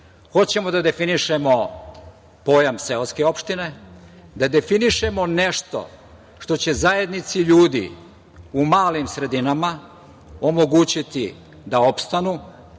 da definišemo pojam seoske opštine, da definišemo nešto što će zajednici ljudi u malim sredinama omogućiti da opstanu,